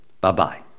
Bye-bye